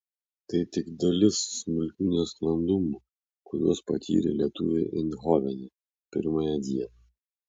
tai tik dalis smulkių nesklandumų kuriuos patyrė lietuviai eindhovene pirmąją dieną